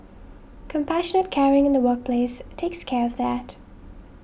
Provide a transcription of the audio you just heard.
compassion caring in the workplace takes care of that